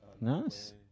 Nice